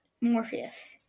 Morpheus